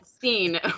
scene